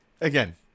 Again